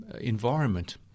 environment